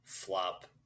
Flop